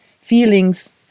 feelings